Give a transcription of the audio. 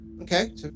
Okay